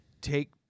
take